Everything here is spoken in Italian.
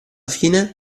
fine